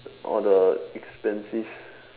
all the expensive